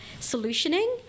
solutioning